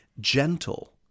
gentle